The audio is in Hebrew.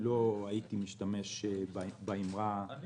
אני לא הייתי משתמש באמירה הזאת